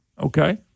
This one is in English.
okay